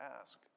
ask